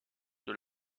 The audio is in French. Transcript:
dans